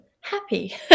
happy